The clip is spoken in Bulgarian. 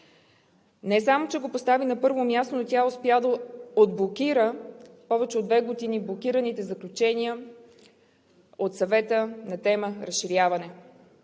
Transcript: Не само, че го постави на първо място, но тя успя да отблокира повече от две години блокираните заключения от Съвета на тема „Разширяване“.